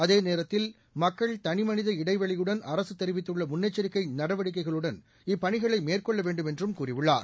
அதேநேரத்தில் மக்கள் தனிமனித இடைவெளியுடன் அரசுதெரிவித்துள்ளமுன்னெச்சரிக்கைநடவடிக்கைகளுடன் இப்பணிகளைமேற்கொள்ளவேண்டும் என்றும் கூறியுள்ளார்